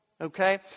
Okay